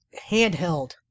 Handheld